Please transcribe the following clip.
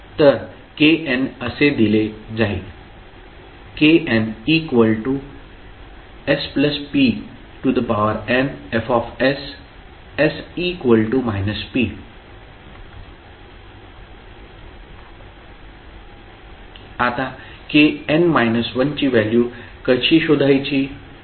तर kn असे दिले जाईल knspnF।s p आता kn−1 ची व्हॅल्यू कशी शोधायची